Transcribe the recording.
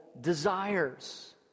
desires